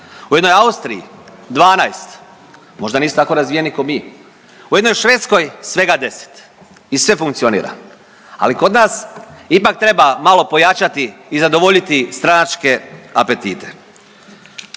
U jednoj Austriji 12, možda nisu tako razvijeni kao mi. U jednoj Švedskoj svega 10 i sve funkcionira, ali kod nas ipak treba malo pojačati i zadovoljiti stranačke apetite.